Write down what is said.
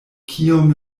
kiom